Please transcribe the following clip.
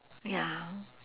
ya